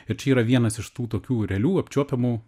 ir čia yra vienas iš tų tokių realių apčiuopiamų